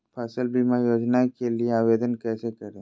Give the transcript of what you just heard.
फसल बीमा योजना के लिए आवेदन कैसे करें?